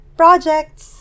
projects